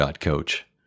coach